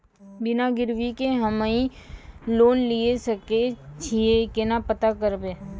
बिना गिरवी के हम्मय लोन लिये सके छियै केना पता करबै?